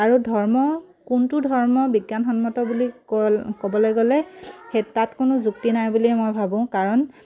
আৰু ধৰ্ম কোনটো ধৰ্ম বিজ্ঞানসন্মত বুলি ক'ল্ ক'বলৈ গ'লে সেই তাত কোনো যুক্তি নাই বুলি মই ভাবোঁ কাৰণ